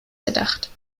gedacht